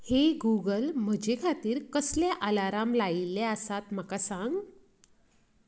ही Google म्हजे खातीर कसले आलाराम लायिल्ले आसात म्हाका सांग